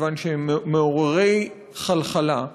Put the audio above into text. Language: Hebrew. מכיוון שהם מעוררי חלחלה,